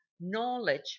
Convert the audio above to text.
knowledge